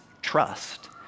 trust